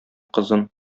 кызын